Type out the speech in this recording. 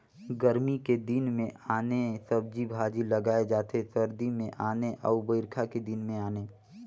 गरमी के दिन मे आने सब्जी भाजी लगाए जाथे सरदी मे आने अउ बइरखा के दिन में आने